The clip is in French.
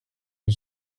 son